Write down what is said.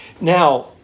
Now